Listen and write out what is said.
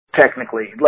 technically